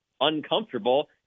uncomfortable